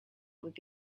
would